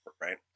right